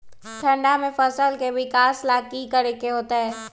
ठंडा में फसल के विकास ला की करे के होतै?